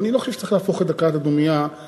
אני לא חושב שצריך להפוך את דקת הדומייה להפגנה